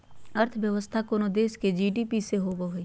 अर्थव्यवस्था कोनो देश के जी.डी.पी से होवो हइ